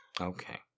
Okay